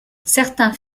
certains